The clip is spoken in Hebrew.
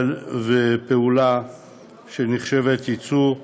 פעולה שנחשבת ייצור,